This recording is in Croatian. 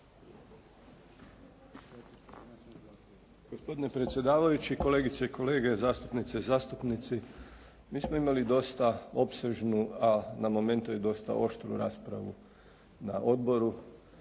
Gospodine predsjedavajući, kolegice i kolege, zastupnice i zastupnici. Mi smo imali dosta opsežnu, a na momente i dosta oštru raspravu na odboru